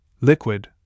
liquid